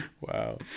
Wow